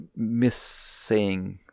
missaying